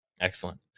Excellent